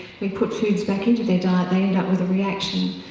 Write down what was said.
we put foods back into their diet they end up with a reaction.